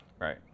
Right